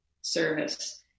service